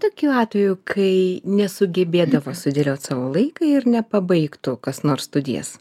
tokių atvejų kai nesugebėdavo sudėliot savo laiką ir nepabaigtų kas nors studijas